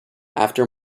after